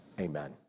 amen